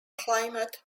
climate